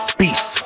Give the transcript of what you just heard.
beast